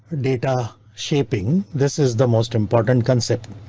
data shaping this is the most important concept.